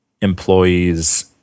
employees